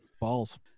Balls